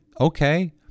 Okay